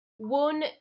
One